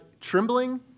trembling